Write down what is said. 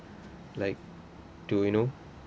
like to you know